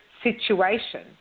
Situation